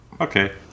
okay